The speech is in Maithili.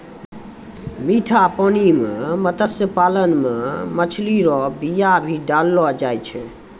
मीठा पानी मे मत्स्य पालन मे मछली रो बीया भी डाललो जाय छै